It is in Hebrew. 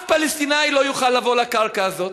אף פלסטיני לא יוכל לבוא לקרקע הזאת.